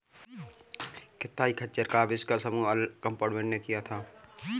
कताई खच्चर का आविष्कार सैमुअल क्रॉम्पटन ने किया था